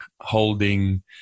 holding